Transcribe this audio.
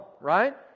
right